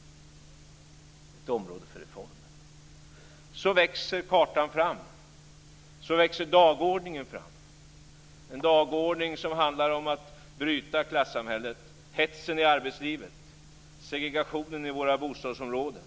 Det är ett område för reformer. Så växer kartan fram. Så växer dagordningen fram - en dagordning som handlar om att bryta klassamhället, hetsen i arbetslivet och segregationen i våra bostadsområden.